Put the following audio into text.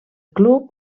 club